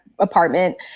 apartment